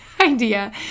idea